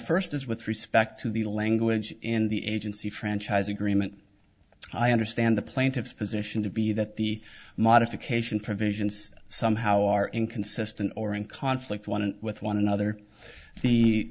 first is with respect to the language in the agency franchise agreement i understand the plaintiff's position to be that the modification provisions somehow are inconsistent or in conflict one with one another the